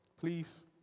Please